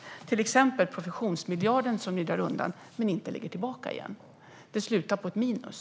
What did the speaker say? Ett exempel är professionsmiljarden, som ni drar undan utan att lägga tillbaka pengar. Det slutar på minus.